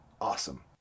awesome